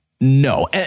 no